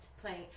playing